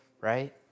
right